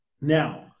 Now